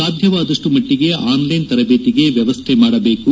ಸಾಧ್ಯವಾದಷ್ಟು ಮಟ್ಟಿಗೆ ಆನ್ಲ್ಟೆನ್ ತರಬೇತಿಗೆ ವ್ಯವಸ್ಥೆ ಮಾಡಬೇಕು